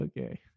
Okay